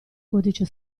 codice